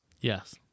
Yes